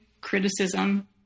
criticism